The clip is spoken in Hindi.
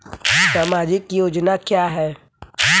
सामाजिक योजना क्या है?